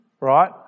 right